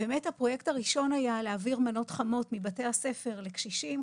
ובאמת הפרויקט הראשון היה להעביר מנות חמות מבתי הספר לקשישים,